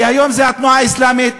כי היום זה התנועה האסלאמית,